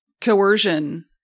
coercion